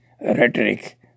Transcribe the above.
rhetoric